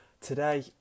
Today